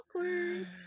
awkward